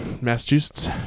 Massachusetts